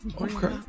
Okay